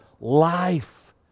life